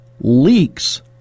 leaks